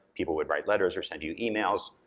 people would write letters or send you emails,